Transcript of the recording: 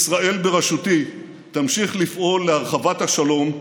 ישראל בראשותי תמשיך לפעול להרחבת השלום,